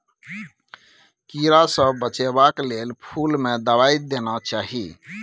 कीड़ा सँ बचेबाक लेल फुल में दवाई देना चाही